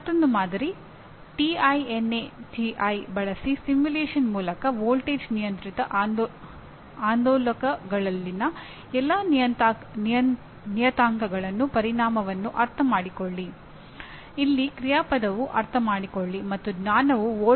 ಮತ್ತು ಅಂತಿಮವಾಗಿ ಎಂಜಿನಿಯರಿಂಗ್ ಚಟುವಟಿಕೆಗಳ ಎಲ್ಲಾ ಅಂಶಗಳಲ್ಲಿ ಆಸಕ್ತಿ ಮತ್ತು ಅರಿವು ಹೊಂದಿರುವುದು